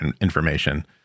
information